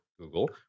Google